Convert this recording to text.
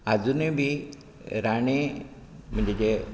आजुनय बी राणे म्हणजे जे